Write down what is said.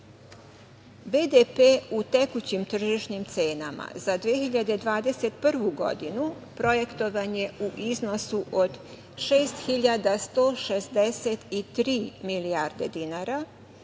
u tekućim tržišnim cenama za 2021. godinu projektovan je u iznosu od 6.163 milijarde dinara,